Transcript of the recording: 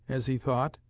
as he thought,